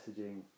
messaging